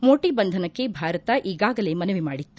ಮೋಟಿ ಬಂಧನಕ್ಕೆ ಭಾರತ ಈಗಾಗಲೇ ಮನವಿ ಮಾಡಿತ್ತು